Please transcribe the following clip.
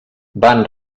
van